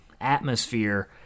atmosphere